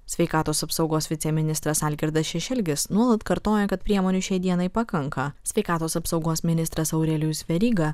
sveikatos apsaugos viceministras algirdas šešelgis nuolat kartoja kad priemonių šiai dienai pakanka sveikatos apsaugos ministras aurelijus veryga